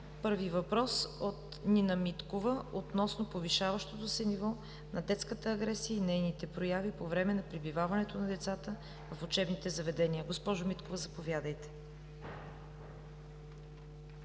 Първи въпрос – от Нина Миткова, относно повишаващото се ниво на детската агресия и нейните прояви по време на пребиваването на децата в учебните заведения. Госпожо Миткова, заповядайте.